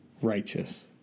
righteous